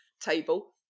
table